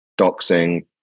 doxing